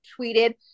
tweeted